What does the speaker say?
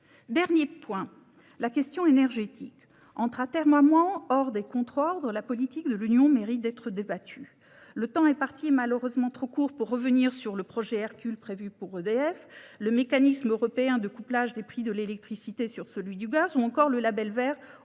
dernier point concerne la question énergétique. Entre atermoiements, ordres et contre-ordres, la politique de l'Union européenne mérite d'être débattue. Le temps imparti est malheureusement trop court pour revenir sur le projet Hercule prévu pour EDF, sur le mécanisme européen de couplage des prix de l'électricité sur celui du gaz ou encore sur le label vert